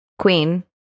queen